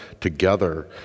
together